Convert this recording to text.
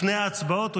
לפני ההצבעות.